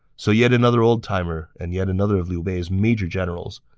so yet another oldtimer, and yet another of liu bei's major generals,